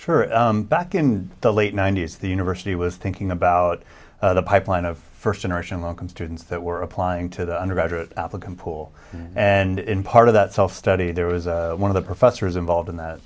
back in the late ninety's the university was thinking about the pipeline of first generation welcome students that were applying to the undergraduate applicant pool and in part of that self study there was one of the professors involved in that